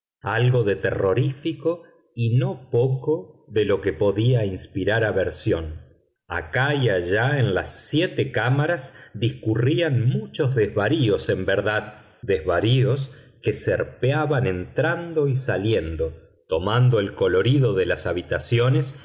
algo de terrorífico y no poco de lo que podía inspirar aversión acá y allá en las siete cámaras discurrían muchos desvaríos en verdad desvaríos que serpeaban entrando y saliendo tomando el colorido de las habitaciones